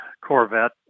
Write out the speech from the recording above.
Corvette